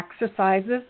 exercises